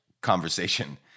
conversation